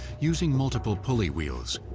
using multiple pulley wheels,